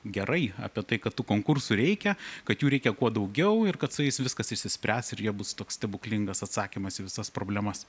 gerai apie tai kad tų konkursų reikia kad jų reikia kuo daugiau ir kad su jais viskas išsispręs ir jie bus toks stebuklingas atsakymas į visas problemas